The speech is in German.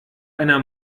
einer